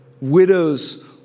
widows